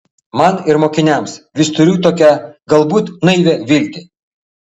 man ir mokiniams vis turiu tokią galbūt naivią viltį